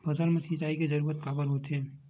फसल मा सिंचाई के जरूरत काबर होथे?